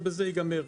ובזה ייגמר.